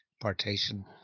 partition